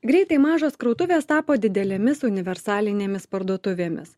greitai mažos krautuvės tapo didelėmis universalinėmis parduotuvėmis